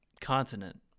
continent